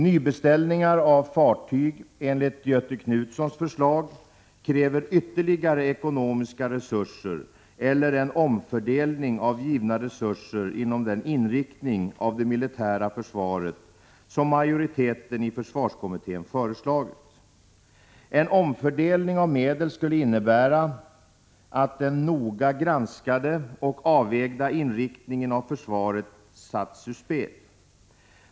Nybeställningar av fartyg enligt Göthe Knutsons förslag kräver ytterligare ekonomiska resurser eller en omfördelning av givna resurser inom den inriktning av det militära försvaret som majoriteten i försvarskommittén föreslagit. En omfördelning av medel skulle innebära att den noga granskade och avvägda inriktningen av försvaret sätts ur spel.